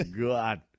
God